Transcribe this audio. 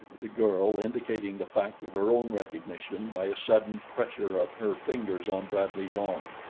the girl indicating the fact of her own recognition by a sudden pressure of her fingers on bradley's arm.